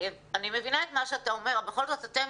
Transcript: אני מבינה את מה שאתה אומר אבל בכל זאת אתם